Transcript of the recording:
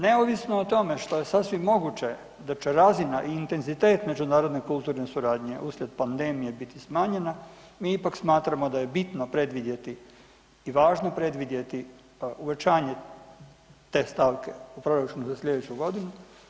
Neovisno o tome što je sasvim moguće da će razina i intenzitet međunarodne kulturne suradnje uslijed pandemije biti smanjena, mi ipak smatramo da je bitno predvidjeti i važno predvidjeti uvećanje te stavke u proračunu za sljedeću godinu.